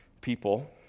people